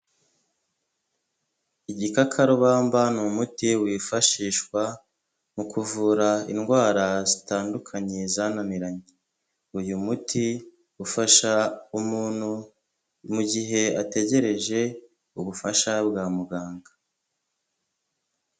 Igikakarubamba ni umuti wifashishwa mu kuvura indwara zitandukanye zananiranye. Uyu muti ufasha umuntu mu gihe ategereje ubufasha bwa muganga.